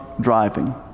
Driving